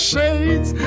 Shades